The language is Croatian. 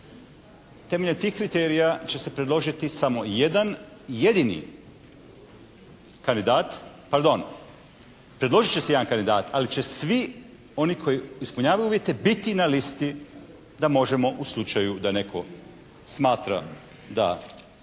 temeljem tih kriterija će se predložiti samo jedan jedini kandidat, pardon predložit će se jedan kandidat ali će svi oni koji ispunjavaju uvjete biti na listi da možemo u slučaju da netko smatra da